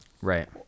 Right